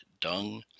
dung